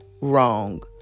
wrong